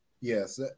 Yes